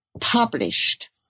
published